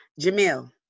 Jamil